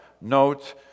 Note